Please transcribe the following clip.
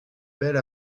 belle